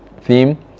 theme